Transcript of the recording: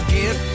get